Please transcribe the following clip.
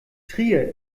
trier